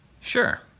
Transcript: Sure